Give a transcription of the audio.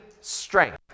strength